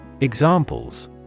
Examples